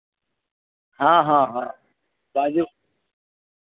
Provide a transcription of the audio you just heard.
हँ हँ हँ बाजू